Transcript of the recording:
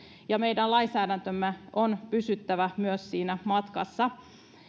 ja meidän lainsäädäntömme on pysyttävä myös siinä matkassa